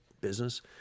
business